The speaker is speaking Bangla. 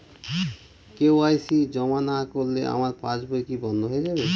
কে.ওয়াই.সি জমা না করলে আমার পাসবই কি বন্ধ হয়ে যাবে?